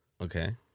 Okay